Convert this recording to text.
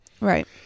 Right